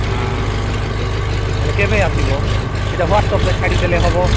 ହଁ ରେଜିଷ୍ଟ୍ରେସନ୍ ହେଲେ କେବେ ଆସିବ ସେଇଟା ହ୍ଵାଟ୍ସଆପ୍ରେ ଛାଡ଼ିଦେଲେ ହେବ